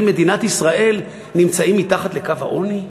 מדינת ישראל נמצאים מתחת לקו העוני?